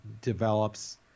develops